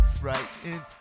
frightened